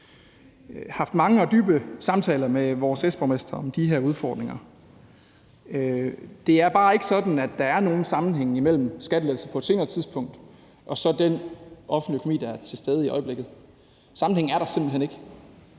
haft mange og dybe samtaler med vores S-borgmestre om de her udfordringer. Det er bare ikke sådan, at der er nogen sammenhæng imellem skattelettelser på et senere tidspunkt og så den offentlige økonomi, der er i øjeblikket. Sammenhængen er der simpelt hen ikke.